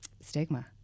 stigma